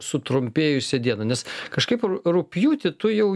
sutrumpėjusi diena nes kažkaip ru rugpjūtį tu jau